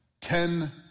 ten